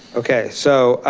okay, so,